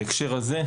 בהקשר הזה,